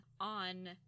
on